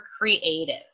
creative